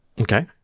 Okay